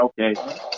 okay